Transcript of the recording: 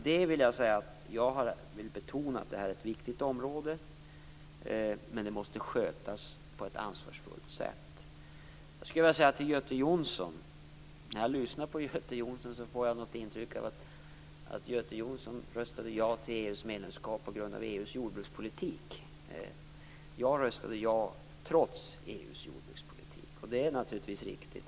Jag vill betona att det här är ett viktigt område och det måste skötas på ett ansvarsfullt sätt. När jag lyssnar på Göte Jonsson får jag ett intryck av att Göte Jonsson röstade ja till medlemskapet i EU på grund av EU:s jordbrukspolitik. Jag röstade ja trots EU:s jordbrukspolitik.